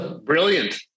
Brilliant